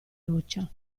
roccia